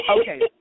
Okay